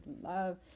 love